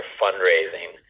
fundraising